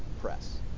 press